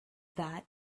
that